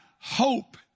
hope